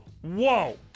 Whoa